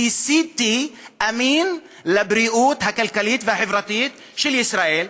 שהיא CT אמין לבריאות הכלכלית והחברתית של ישראל,